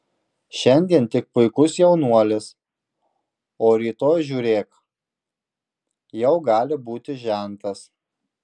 šiandien tik puikus jaunuolis o rytoj žiūrėk jau gali būti žentas